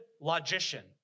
logician